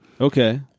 Okay